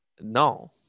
no